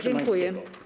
Dziękuję.